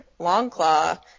Longclaw